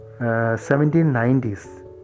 1790s